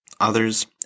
others